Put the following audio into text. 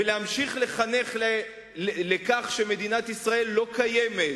ולהמשיך לחנך לכך שמדינת ישראל לא קיימת,